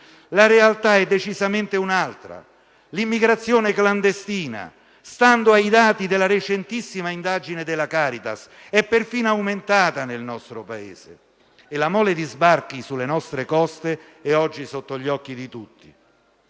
La realtà è decisamente un'altra: l'immigrazione clandestina, stando ai dati della recentissima indagine della Caritas, è perfino aumentata nel nostro Paese, e la mole di sbarchi sotto le nostre coste è oggi sotto gli occhi di tutti.